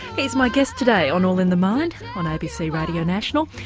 he's my guest today on all in the mind on abc radio national.